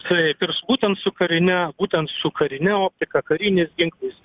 taip būtent su karine būtent su karine optika kariniais ginklais